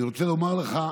אני רוצה לומר לך,